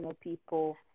people